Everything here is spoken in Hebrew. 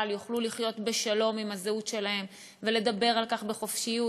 יוכלו לחיות בשלום עם הזהות שלהם ולדבר על כך בחופשיות,